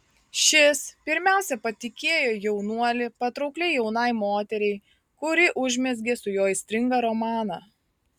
šis pirmiausia patikėjo jaunuolį patraukliai jaunai moteriai kuri užmezgė su juo aistringą romaną